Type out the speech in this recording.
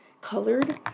colored